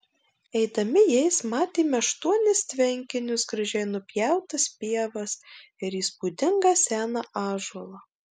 eidami jais matėme aštuonis tvenkinius gražiai nupjautas pievas ir įspūdingą seną ąžuolą